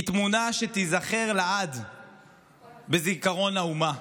היא תמונה שתיזכר לעד בזיכרון האומה,